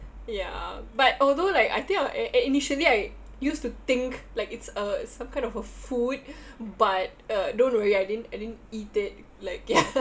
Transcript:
ya but although like I think I uh i~ initially I used to think like it's a it's some kind of a food but uh don't worry I didn't I didn't eat it like ya